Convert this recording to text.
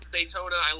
Daytona